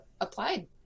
applied